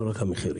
לא רק המחירים.